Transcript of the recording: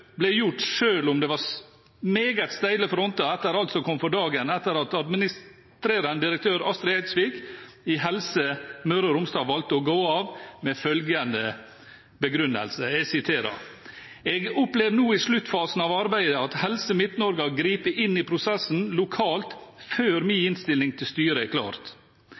om det var meget steile fronter etter alt som kom for dagen etter at administrerende direktør, Astrid Eidsvik, i Helse Møre og Romsdal valgte å gå av, med følgende begrunnelse: «Eg opplev no i sluttfasen av arbeidet at Helse Midt-Norge har gripe inn i prosessen lokalt før mi innstilling til styret er